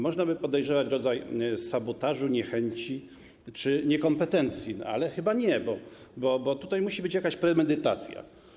Można by podejrzewać rodzaj sabotażu, niechęci czy niekompetencji, ale chyba nie, bo tutaj musi być jakaś premedytacja.